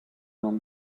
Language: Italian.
non